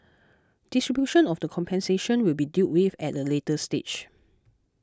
distribution of the compensation will be dealt with at a later stage